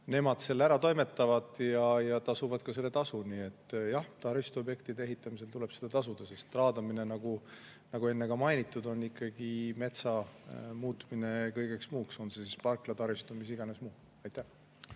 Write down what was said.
Nemad selle ära toimetavad ja tasuvad ka selle tasu. Nii et jah, taristuobjektide ehitamisel tuleb seda tasuda, sest raadamine, nagu enne ka mainitud, on ikkagi metsa muutmine kõigeks muuks, on see siis parkla, taristu või mis iganes muu.